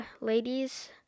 ladies